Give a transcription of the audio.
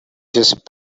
just